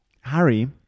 Harry